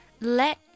Let